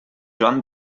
joan